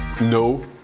No